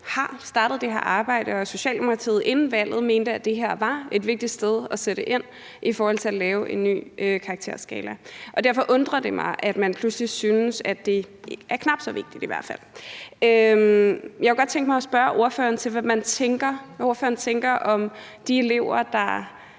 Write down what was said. har startet det her arbejde, og at Socialdemokratiet inden valget mente, at det her var et vigtigt sted at sætte ind i forhold til at lave en ny karakterskala, og derfor undrer det mig, at man pludselig synes, at det er i hvert fald knap så vigtigt. Jeg kunne godt tænke mig at spørge ordføreren ind til, hvad ordføreren tænker om de elever, der